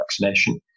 vaccination